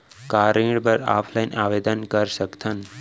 का ऋण बर ऑफलाइन आवेदन कर सकथन?